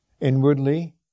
inwardly